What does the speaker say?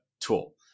tool